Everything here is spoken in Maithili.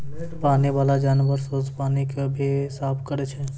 पानी बाला जानवर सोस पानी के भी साफ करै छै